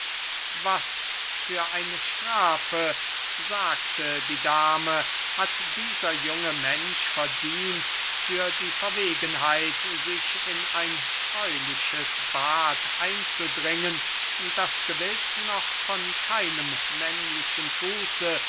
was für eine strafe sagte die dame hat dieser junge mensch verdient für die verwegenheit sich in ein fräuliches bad einzudringen das gewiß noch von keinem männlichen fuße